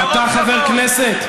יש לך כבוד, אתה חבר כנסת.